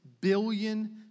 billion